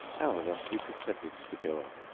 however, he consented to go on.